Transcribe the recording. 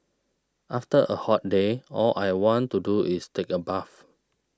after a hot day all I want to do is take a bath